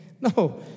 no